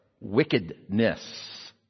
wickedness